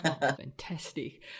Fantastic